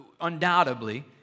undoubtedly